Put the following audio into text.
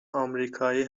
آمریکایی